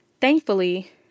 Thankfully